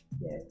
Yes